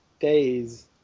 days